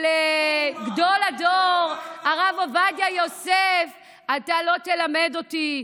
על גדול הדור הרב עובדיה יוסף אתה לא תלמד אותי.